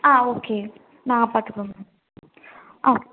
ஆ okay நாங்கள் பார்த்துக்றோங்க ஆ